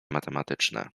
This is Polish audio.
matematyczne